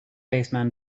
baseman